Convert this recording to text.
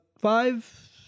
five